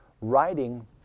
writing